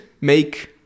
make